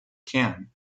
can